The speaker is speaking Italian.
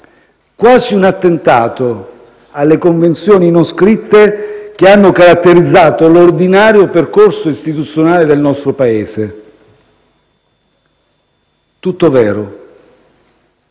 quasi un attentato alle convenzioni non scritte che hanno caratterizzato l'ordinario percorso istituzionale del nostro Paese. Tutto vero.